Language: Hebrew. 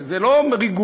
וזה לא ריגול,